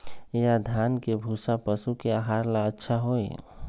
या धान के भूसा पशु के आहार ला अच्छा होई?